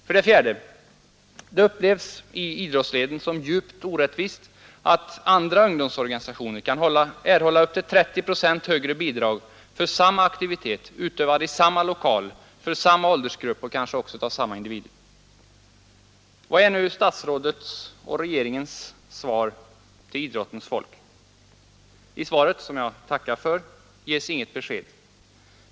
För det fjärde upplevs det i idrottsleden som djupt orättvist att andra ungdomsorganisationer kan erhålla upp till 30 procent högre bidrag för samma aktivitet, utövad i samma lokal, för samma åldersgrupp och kanske också av samma individer. Vad är nu statsrådets och regeringens svar till idrottens folk? I svaret, som jag tackar för, ges inget besked.